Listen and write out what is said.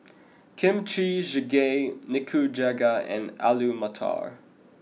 Kimchi Jjigae Nikujaga and Alu Matar